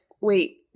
wait